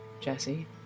Jesse